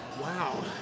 Wow